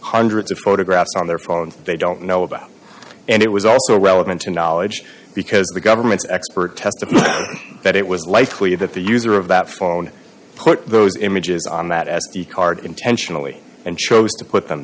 hundreds of photographs on their phone they don't know about and it was also relevant to knowledge because the government's expert testified that it was likely that the user of that phone put those images on that s d card intentionally and chose to put them